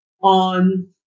on